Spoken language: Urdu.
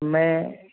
میں